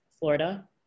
Florida